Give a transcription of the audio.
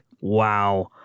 Wow